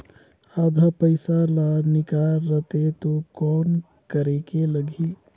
आधा पइसा ला निकाल रतें तो कौन करेके लगही?